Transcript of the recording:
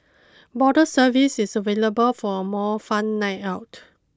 bottle service is available for a more fun night out